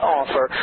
offer